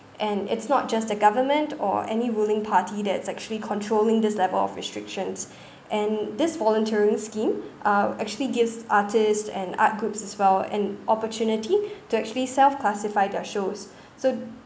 and it's not just the government or any ruling party that's actually controlling this level of restrictions and this voluntary scheme uh actually gives artists and art groups as well an opportunity to actually self-classify their shows so